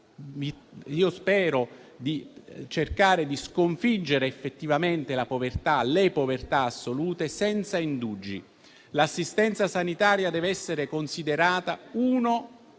volta a cercare di sconfiggere effettivamente le povertà assolute senza indugi. L'assistenza sanitaria deve essere considerata uno